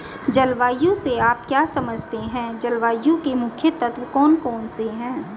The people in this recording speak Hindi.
जलवायु से आप क्या समझते हैं जलवायु के मुख्य तत्व कौन कौन से हैं?